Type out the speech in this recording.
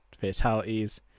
fatalities